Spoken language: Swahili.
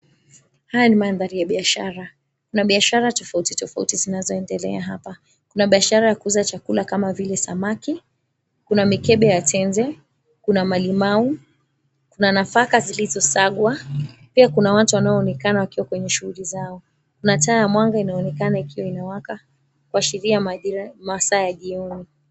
Haya ni mandhari ya biashara. Kuna biashara tofauti tofauti zinazoendelea hapa. Kuna biashara ya kuuza chakula kama vile samaki, kuna mikebe ya tende, kuna malimau, kuna nafaka zilizosagwa. Pia kuna watu wanaoonekana wakiwa kwenye shughuli za𝑜. Kuna taa ya mwanga inaonekana ikiwa inawaka, kuashiria majira masaa ya jioni.